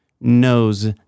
knows